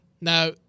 Now